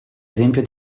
esempio